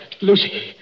Lucy